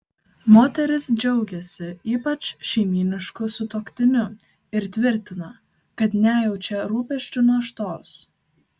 moteris džiaugiasi ypač šeimynišku sutuoktiniu ir tvirtina kad nejaučia rūpesčių naštos